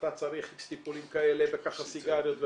אתה צריך איקס טיפולים כאלה וככה סיגריות וכאלה.